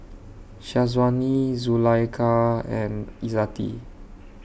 Syazwani Zulaikha and Izzati